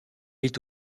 est